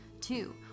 Two